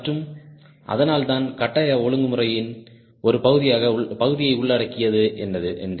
மற்றும் அதனால்தான் கட்டாய ஒழுங்குமுறையின் ஒரு பகுதியை உள்ளடக்கியது என்று